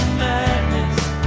madness